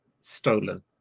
stolen